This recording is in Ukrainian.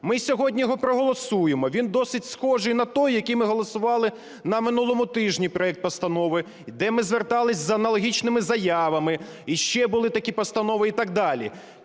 Ми сьогодні його проголосуємо. Він досить схожий на той, який ми голосували на минулому тижні проект постанови, де ми звертались з аналогічними заявами. І ще були такі постанови і так далі.